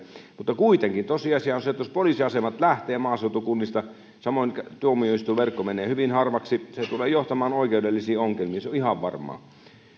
mutta kuitenkin tosiasia on se että jos poliisiasemat lähtevät maaseutukunnista ja samoin tuomioistuinverkko menee hyvin harvaksi se tulee johtamaan oikeudellisiin ongelmiin se on ihan varmaa